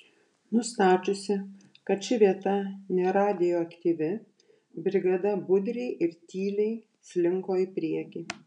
nustačiusi kad ši vieta neradioaktyvi brigada budriai ir tyliai slinko į priekį